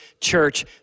Church